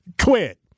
Quit